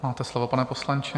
Máte slovo, pane poslanče.